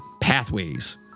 pathways